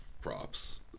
props